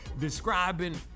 describing